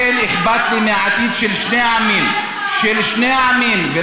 כן אכפת לי מהעתיד של שני העמים,